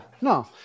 no